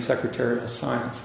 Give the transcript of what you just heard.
secretary science